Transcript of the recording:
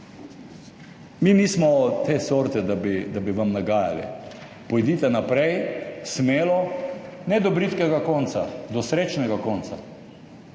Mi nismo te sorte, da bi, vam nagajali, pojdite naprej, smelo, ne do bridkega konca, do srečnega konca.